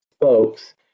folks